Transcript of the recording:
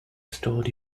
stored